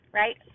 right